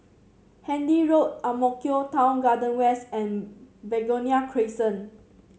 Handy Road Ang Mo Kio Town Garden West and Begonia Crescent